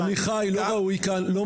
עמיחי, לא ראוי כאן, לא מתאים.